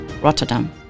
Rotterdam